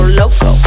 loco